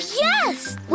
yes